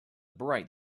bright